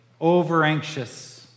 over-anxious